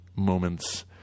moments